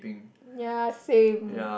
ya same